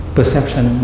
Perception